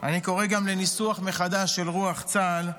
אני קורא גם לניסוח מחדש של רוח צה"ל,